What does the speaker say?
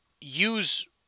use